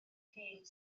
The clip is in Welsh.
hun